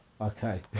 Okay